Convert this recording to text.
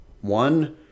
one